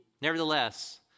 nevertheless